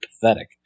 pathetic